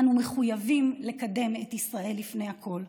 אנו מחויבים לקדם את ישראל לפני הכול.